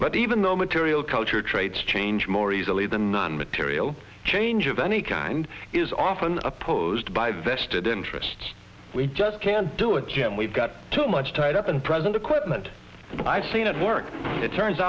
but even the material culture traits change more easily than non material change of any kind is often opposed by vested interests we just can't do it jim we've got too much tied up and present equipment i've seen at work it turns